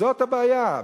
זאת הבעיה.